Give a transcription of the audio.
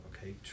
okay